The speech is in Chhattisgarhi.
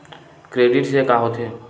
क्रेडिट से का होथे?